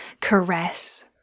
caress